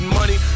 money